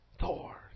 Thor